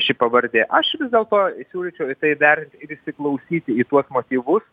ši pavardė aš vis dėlto siūlyčiau į tai dar įsiklausyti į tuos motyvus